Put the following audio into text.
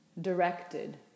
directed